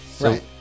right